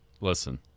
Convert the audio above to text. listen